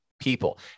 people